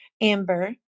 amber